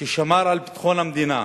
ששמר על ביטחון המדינה,